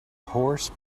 horse